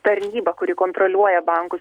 tarnyba kuri kontroliuoja bankus